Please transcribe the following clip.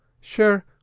Sure